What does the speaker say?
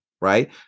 right